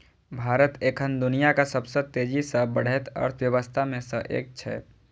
भारत एखन दुनियाक सबसं तेजी सं बढ़ैत अर्थव्यवस्था मे सं एक छै